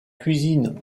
cuisine